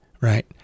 right